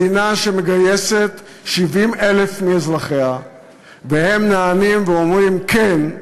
מדינה שמגייסת 70,000 מאזרחיה והם נענים ואומרים כן,